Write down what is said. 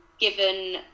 given